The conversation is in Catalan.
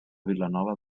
vilanova